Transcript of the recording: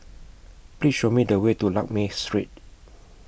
Please Show Me The Way to Lakme Street